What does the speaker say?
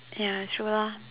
ya true lor